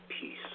peace